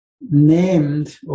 named